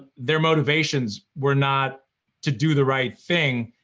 their motivations were not to do the right thing,